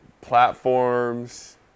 platforms